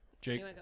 Jake